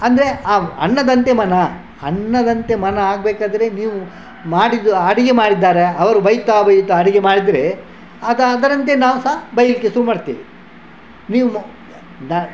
ಅಂದರೆ ಆ ಅನ್ನದಂತೆ ಮನ ಅನ್ನದಂತೆ ಮನ ಆಗಬೇಕಾದ್ರೆ ನೀವು ಮಾಡಿದ್ದು ಅಡುಗೆ ಮಾಡಿದ್ದಾರೆ ಅವರು ಬೈತಾ ಬೈತಾ ಅಡುಗೆ ಮಾಡಿದರೆ ಅದು ಅದರಂತೆ ನಾವು ಸಹಾ ಬೈಲಿಕ್ಕೆ ಶುರು ಮಾಡ್ತೇವೆ ನೀವು ದ